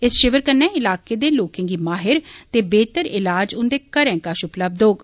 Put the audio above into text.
इस शिवर कन्नै इलाके दे लोके गी माहिर ते बेहतर इलाज उन्दे घरें दे कोल कच्छ उपलब्ध होग